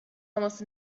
almost